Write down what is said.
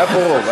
היה פה רוב.